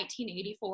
1984